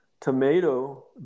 tomato